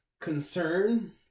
concern